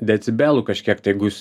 decibelų kažkiek tai jeigu jūs